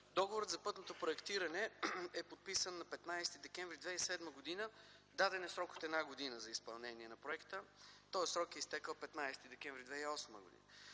Договорът за пътното проектиране е подписан на 15 декември 2007 г. Даден е срок от една година за изпълнение на проекта. Този срок е изтекъл на 15 декември 2008 г.